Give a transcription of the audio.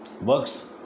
works